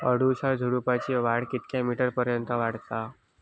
अडुळसा झुडूपाची वाढ कितक्या मीटर पर्यंत वाढता?